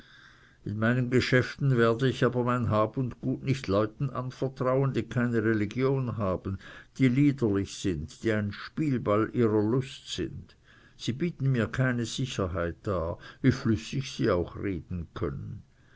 in meinen geschäften werde ich aber mein hab und gut nicht leuten anvertrauen die keine religion haben die liederlich sind die ein spielball ihrer lust sind sie bieten mir keine sicherheit dar wie flüssig sie auch reden können